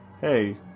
hey